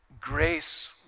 grace